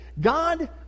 God